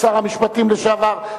שר המשפטים לשעבר,